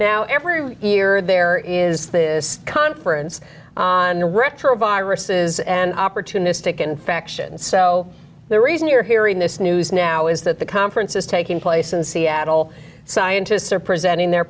now every year there is this conference on the retroviruses and opportunistic infections so the reason you're hearing this news now is that the conference is taking place in seattle scientists are presenting their